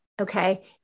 Okay